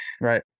Right